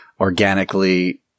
organically